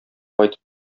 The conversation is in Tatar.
кайтып